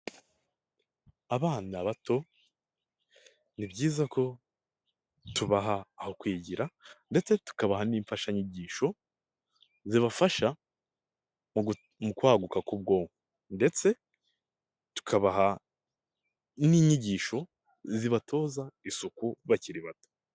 Abana bato ni byiza ko tubaha aho kwigira ndetse tukabaha n'imfashanyigisho, zibafasha kwaguka kubwo ndetse tukabaha n'inyigisho zibatoza isuku bakiri bato.